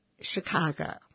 Chicago